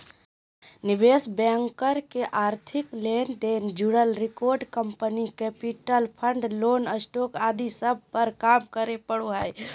निवेश बैंकर के आर्थिक लेन देन से जुड़ल record, company capital, fund, loan, stock आदि सब पर काम करे पड़ो हय